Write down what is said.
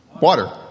water